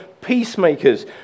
peacemakers